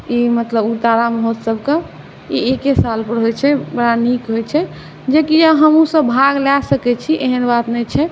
ई मतलब उग्रतारा महोत्सवके ई एके सालपर होइत छै बड़ा नीक होइत छै जे कि हमहूँसभ भाग लए सकैत छी एहन बात नहि छै